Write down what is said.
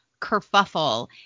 kerfuffle